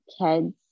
kids